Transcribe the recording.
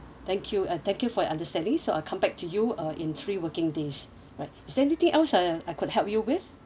thank you and thank you for your understanding so I come back to you uh in three working days alright is there anything else uh I could help you with